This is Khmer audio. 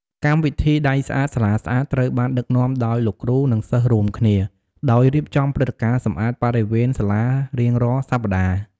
កម្មវិធី “ដៃស្អាត សាលាស្អាត” ត្រូវបានដឹកនាំដោយគ្រូ និងសិស្សរួមគ្នា ដោយរៀបចំព្រឹត្តិការណ៍សម្អាតបរិវេណសាលារៀងរាល់សប្តាហ៍។